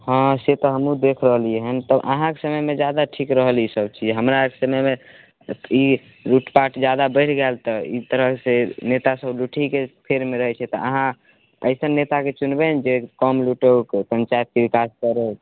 हाँ से तऽ हमहुँ देखि रहलियै हँ तऽ अहाँके समयमे जादा ठीक रहल ई सभ चीज हमरा समयमे ई लूटपाट जादा बढ़ि गैल तऽ ई तरह से नेता सभ तऽ ठीके फेरमे रहैत छै तऽ अहाँ अइसन नेता कऽ चुनबै जे कम लूटौ पञ्चायतके विकास करौ